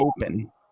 open